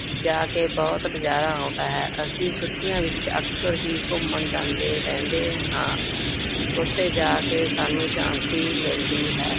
ਜਾ ਕੇ ਬਹੁਤ ਨਜ਼ਾਰਾ ਆਉਂਦਾ ਹੈ ਅਸੀਂ ਛੁੱਟੀਆਂ ਵਿੱਚ ਅਕਸਰ ਹੀ ਘੁੰਮਣ ਜਾਂਦੇ ਰਹਿੰਦੇ ਹਾਂ ਉੱਥੇ ਜਾ ਕੇ ਸਾਨੂੰ ਸ਼ਾਂਤੀ ਮਿਲਦੀ ਹੈ